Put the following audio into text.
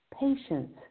patience